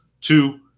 Two